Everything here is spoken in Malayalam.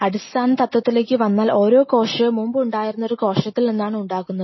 അടിസ്ഥാന തത്വത്തിലേക്ക് വന്നാൽ ഓരോ കോശവും മുൻപ് ഉണ്ടായിരുന്ന ഒരു കോശത്തിൽ നിന്നാണ് ഉണ്ടാകുന്നത്